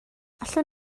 allwn